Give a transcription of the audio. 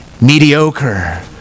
mediocre